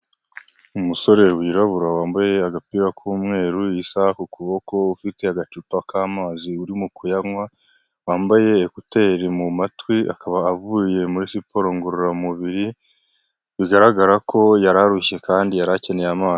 Umusore wirabura wambaye agapira k'umweru, isaha ku kuboko, ufite agacupa k'amazi urimo kuyanywa, wambaye ekuteri mu matwi, akaba avuye muri siporo ngororamubiri, bigaragara ko yari arushye kandi yari akeneye amazi.